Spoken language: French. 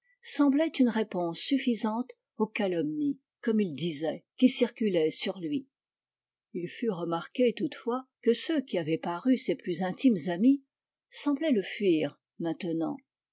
semblaient une réponse suffisante aux calomnies comme ils disaient qui circulaient sur lui fut remarqué toutefois que ceux qui avaient paru ses plus intimes amis semblaient le fuir maintenant